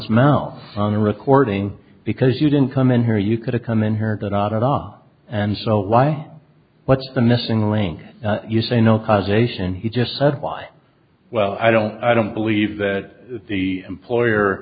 mouth on the recording because you didn't come in here you coulda come in here they're not at all and so why what's the missing link you say no causation he just said why well i don't i don't believe that the employer